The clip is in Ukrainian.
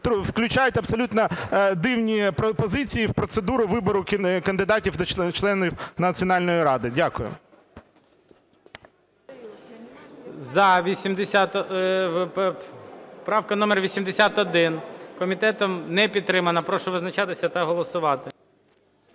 включають абсолютно дивні пропозиції в процедуру вибору кандидатів до членів Національної ради. Дякую. ГОЛОВУЮЧИЙ. Правка номер 81. Комітетом не підтримана. Прошу визначатися та голосувати.